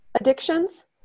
addictions